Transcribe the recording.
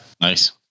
nice